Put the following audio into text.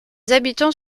habitants